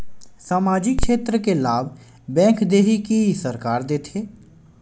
सामाजिक क्षेत्र के लाभ बैंक देही कि सरकार देथे?